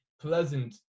pleasant